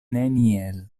neniel